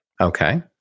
Okay